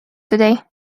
today